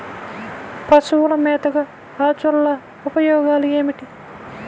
పశువుల మేతగా అజొల్ల ఉపయోగాలు ఏమిటి?